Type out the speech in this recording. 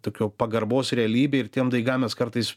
tokios pagarbos realybei ir tiem daigam mes kartais